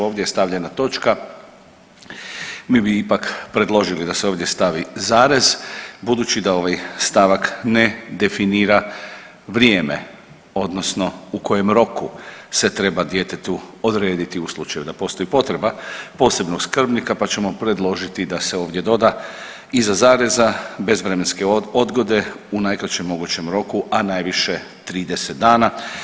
Ovdje je stavljena točka, mi bi ipak predložili da se ovdje stavi zarez, budući da ovaj stavak ne definira vrijeme odnosno u kojem roku se treba djetetu odrediti, u slučaju da postoji potreba, posebnog skrbnika, pa ćemo predložiti da se ovdje doda iza zareza bez vremenske odgode, u najkraćem mogućem roku, a najviše 30 dana.